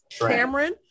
Cameron